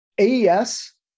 AES